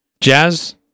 Jazz